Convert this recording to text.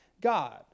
God